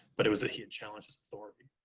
but it was that he had challenged his authority.